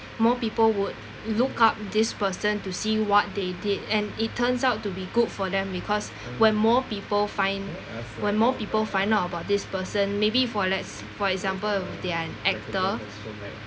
more people would look up this person to see what they did and it turns out to be good for them because when more people find when more people find out about this person maybe for let's for example they're an actor